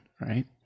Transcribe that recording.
Right